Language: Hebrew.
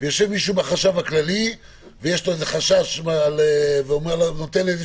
יושב מישהו אצל החשב הכללי ויש לו איזה חשש ונותן איזו